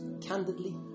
candidly